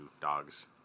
dogs